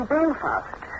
Belfast